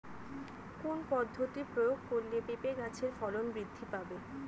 কোন পদ্ধতি প্রয়োগ করলে পেঁপে গাছের ফলন বৃদ্ধি পাবে?